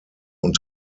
und